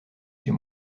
chez